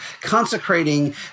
consecrating